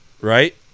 right